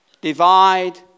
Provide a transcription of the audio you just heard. Divide